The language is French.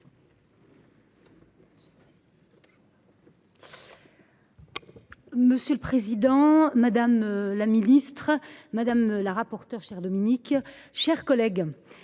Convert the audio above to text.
Monsieur le président, madame la ministre, madame la rapporteure, mes chers collègues,